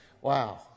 Wow